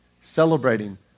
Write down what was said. Celebrating